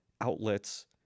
outlets